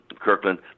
Kirkland